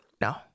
No